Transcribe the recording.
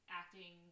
acting